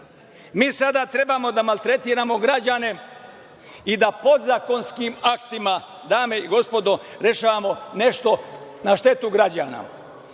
Mi sada trebamo da maltretiramo građane i da podzakonskim aktima, dame i gospodo, rešavamo nešto na štetu građana. Sada